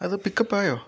അത് pick up ആയോ